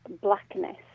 blackness